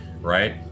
right